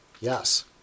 Yes